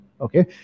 okay